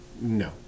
No